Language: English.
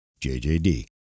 JJD